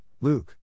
Luke